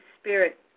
spirit